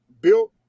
built